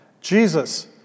Jesus